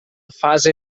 fase